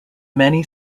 many